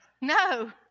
No